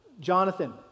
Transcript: Jonathan